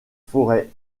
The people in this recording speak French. forêts